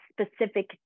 specific